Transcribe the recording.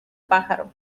pájaro